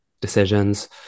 decisions